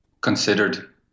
considered